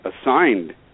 assigned